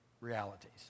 realities